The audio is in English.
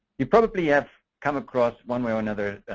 you probably have come across, one way or another,